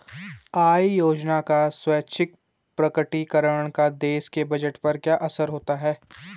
आय योजना का स्वैच्छिक प्रकटीकरण का देश के बजट पर क्या असर होता है?